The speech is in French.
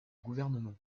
gouvernement